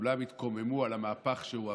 כולם התקוממו על המהפך שהוא עבר,